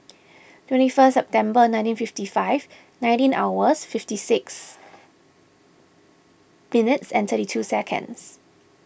twenty first September nineteen fifty five nineteen hours fifty six minutes and thirty two seconds